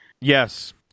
Yes